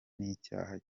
n’icyaha